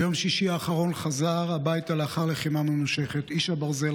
ביום שישי האחרון חזר הביתה לאחר לחימה ממושכת איש הברזל,